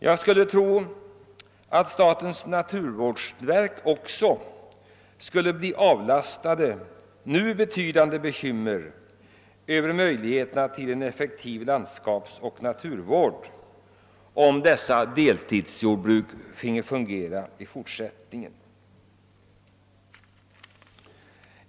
Jag skulle tro att också statens naturvårdsverk kan avlastas nu betydande bekymmer över möjligheterna till en effektiv landskapsoch naturvård, om dessa deltidsjordbruk finge fungera i fortsättningen.